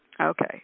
Okay